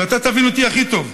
ואתה תבין אותי הכי טוב: